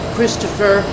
Christopher